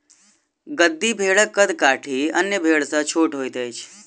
गद्दी भेड़क कद काठी अन्य भेड़ सॅ छोट होइत अछि